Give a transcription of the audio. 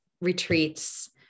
retreats